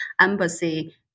embassy